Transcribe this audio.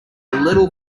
little